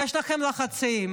יש לכם לחצים,